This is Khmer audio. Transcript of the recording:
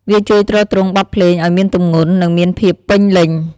វាជួយទ្រទ្រង់បទភ្លេងឱ្យមានទម្ងន់ និងមានភាពពេញលេញ។